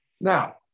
Now